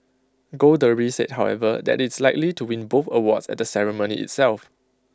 gold Derby said however that IT is likely to win both awards at the ceremony itself